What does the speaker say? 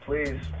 Please